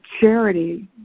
charity